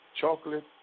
Chocolate